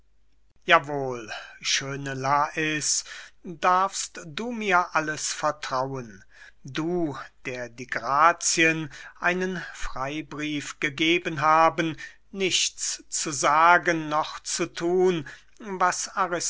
schöne lais darfst du mir alles vertrauen du der die grazien einen freybrief gegeben haben nichts zu sagen noch zu thun was